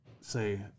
say